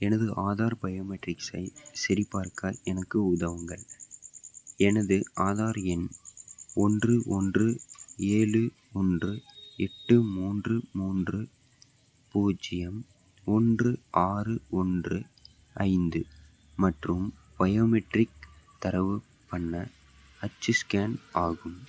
எனது ஆதார் பயோமெட்ரிக்ஸை சரிபார்க்க எனக்கு உதவுங்கள் எனது ஆதார் எண் ஒன்று ஒன்று ஏழு ஒன்று எட்டு மூன்று மூன்று பூஜ்ஜியம் ஒன்று ஆறு ஒன்று ஐந்து மற்றும் பயோமெட்ரிக் தரவு பண்ண அச்சு ஸ்கேன் ஆகும்